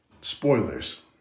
Spoilers